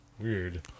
weird